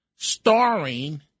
Starring